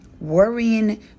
Worrying